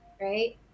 right